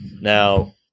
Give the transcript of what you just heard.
Now –